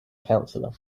counselor